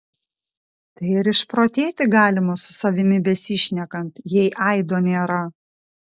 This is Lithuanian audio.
tai ir išprotėti galima su savimi besišnekant jei aido nėra